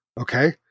okay